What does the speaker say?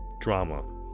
Drama